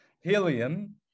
Helium